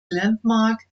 landmark